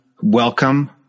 welcome